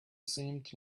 seemed